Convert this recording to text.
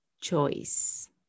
choice